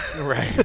Right